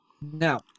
Now